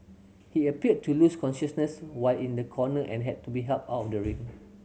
he appeared to lose consciousness while in a corner and had to be helped out of the ring